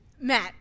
Matt